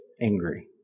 angry